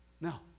No